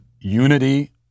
unity